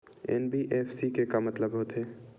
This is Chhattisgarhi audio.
एन.बी.एफ.सी के मतलब का होथे?